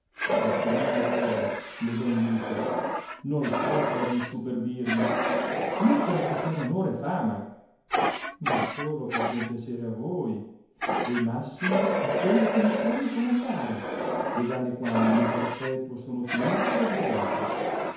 e se io ora le do in luce non fo per insuperbirmi né per acquistar onore e fama ma solo per compiacere a voi e massime a quelle che mi ponno comandare ed alle quali in perpetuo sono tenuto ed obligato